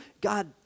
God